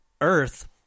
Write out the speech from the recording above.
Earth